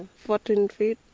fourteen feet.